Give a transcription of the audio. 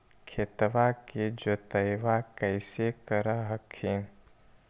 खेतबा के जोतय्बा कैसे कर हखिन?